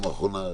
תהלה.